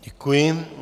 Děkuji.